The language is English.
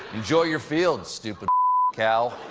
enjoy your field, stupid cow.